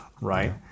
right